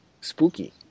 spooky